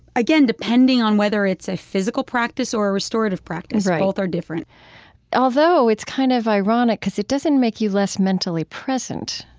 again, depending on whether it's a physical practice or a restorative practice right both are different although it's kind of ironic, because it doesn't make you less mentally present